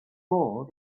more